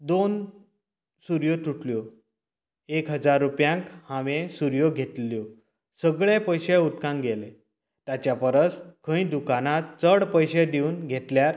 दोन सुरयो तुटल्यो एक हजार रुपयांक हांवेन सुरयो घेतील्ल्यो सगळें पयशें उदकांत गेलें ताच्या परस खंय दुकानार चड पयशें दिवन घेतल्यार